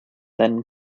then